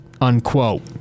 unquote